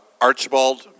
Archibald